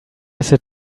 sit